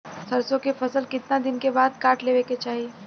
सरसो के फसल कितना दिन के बाद काट लेवे के चाही?